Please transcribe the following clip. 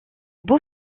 beau